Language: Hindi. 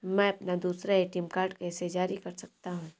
मैं अपना दूसरा ए.टी.एम कार्ड कैसे जारी कर सकता हूँ?